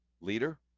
leader